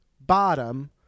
bottom